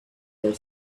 their